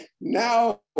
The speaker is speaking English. now